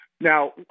Now